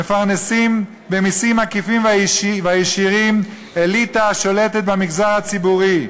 מפרנסים במסים העקיפים והישירים אליטה השולטת במגזר הציבורי.